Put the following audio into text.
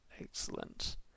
Excellent